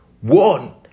one